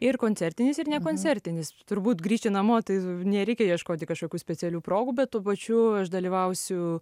ir koncertinis ir nekoncertinis turbūt grįžti namo tai nereikia ieškoti kažkokių specialių progų bet tuo pačiu aš dalyvausiu